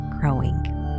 growing